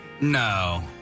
No